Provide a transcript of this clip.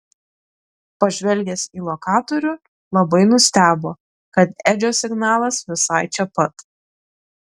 pažvelgęs į lokatorių labai nustebo kad edžio signalas visai čia pat